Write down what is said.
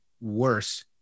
worse